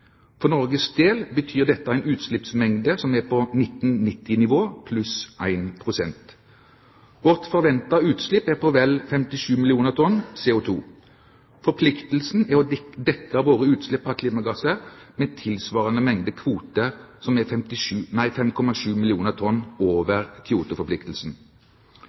For Norges del betyr dette en utslippsmengde som er på 1990-nivå pluss 1 pst. Vårt forventede utslipp er på vel 57 millioner tonn CO2. Forpliktelsen er å dekke våre utslipp av klimagasser med tilsvarende mengde kvoter, som er 5,7 millioner tonn over